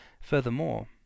Furthermore